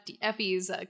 Effie's